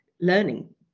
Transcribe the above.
learning